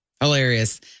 Hilarious